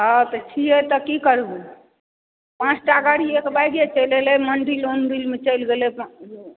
हँ तऽ छीयै तऽ की करबै पाँचटा गाड़ी एक बैगे चलि एलै मंदिल ओंदिलमे चलि गेलै